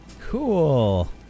Cool